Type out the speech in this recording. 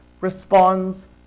responds